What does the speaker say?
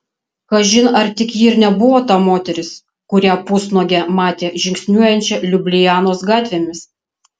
kažin ar tik ji ir nebuvo ta moteris kurią pusnuogę matė žingsniuojančią liublianos gatvėmis